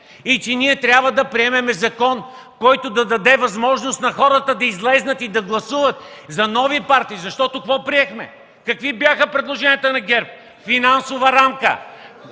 и че ние трябва да приемем закон, който да даде възможност на хората да излязат и да гласуват за нови партии, защото какво приехме? Какви бяха предложенията на ГЕРБ – финансова рамка